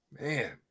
man